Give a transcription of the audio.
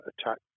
attack